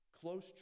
close